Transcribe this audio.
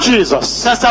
Jesus